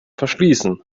verschließen